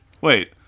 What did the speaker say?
Wait